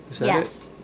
Yes